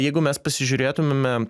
jeigu mes pasižiūrėtumėme